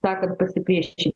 sakant pasiprieši